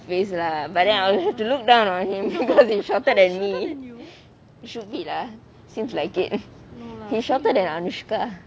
face lah but then I got to look down on him because he's shorter than me should be lah seems like it he shorter than anuskha